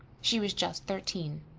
she was just thirteen.